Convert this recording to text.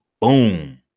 boom